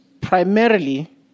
primarily